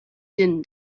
din